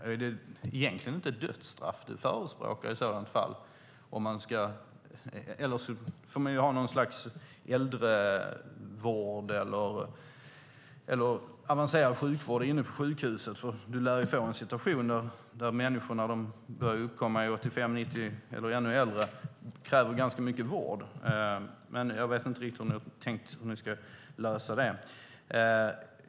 Är det egentligen inte döddstraff Kent Ekeroth i så fall förespråkar, eller så får man ha något slags äldrevård eller avancerad sjukvård inne på fängelset, för vi lär ju få en situation med människor som när de börjar komma upp i 85-90-årsåldern eller ännu äldre kräver ganska mycket vård. Jag vet inte riktigt hur ni har tänkt lösa det.